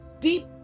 deep